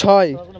ছয়